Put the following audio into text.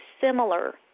similar